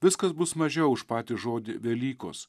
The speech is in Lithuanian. viskas bus mažiau už patį žodį velykos